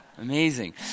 Amazing